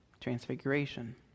transfiguration